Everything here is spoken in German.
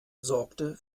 sorgte